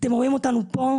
אתם רואים אותנו פה?